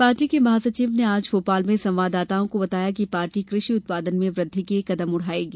party के महासचिव ने आज भोपाल में संवाददाताओं को बताया कि पार्टी कृषि उत्पादन में वृद्धि के कदम उठायेगी